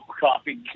coffee